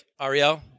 Ariel